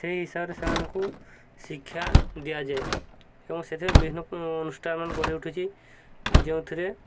ସେହି ହିସାବରେ ସେମାନଙ୍କୁ ଶିକ୍ଷା ଦିଆଯାଏ ଏବଂ ସେଥିରେ ବିଭିନ୍ନ ଅନୁଷ୍ଠାନ ଗଢ଼ି ଉଠୁଛି ଯେଉଁଥିରେ